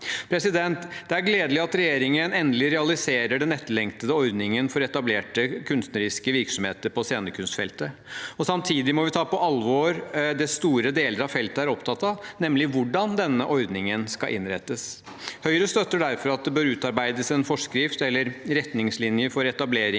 år. Det er gledelig at regjeringen endelig realiserer den etterlengtede ordningen for etablerte kunstneriske virksomheter på scenekunstfeltet. Samtidig må vi ta på alvor det store deler av feltet er opptatt av, nemlig hvordan denne ordningen skal innrettes. Høyre støtter derfor at det bør utarbeides en forskrift eller retningslinjer for etableringen